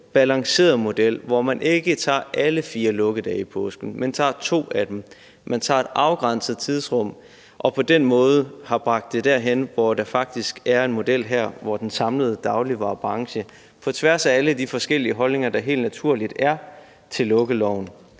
balanceret model, hvor man ikke tager alle fire lukkedage i påsken, men tager to af dem; man tager et afgrænset tidsrum. Og på den måde har man bragt det derhen, hvor der faktisk her er en model, hvor den samlede dagligvarebranche på tværs af alle de forskellige holdninger, der helt naturligt er til lukkeloven,